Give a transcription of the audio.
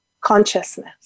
Consciousness